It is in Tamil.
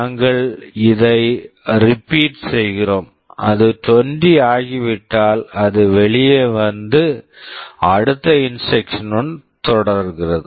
நாங்கள் இதை ரிபீட் repeat செய்கிறோம் அது 20 ஆகிவிட்டால் அது வெளியே வந்து அடுத்த இன்ஸ்ட்ரக்க்ஷன் instruction னுடன் தொடர்கிறது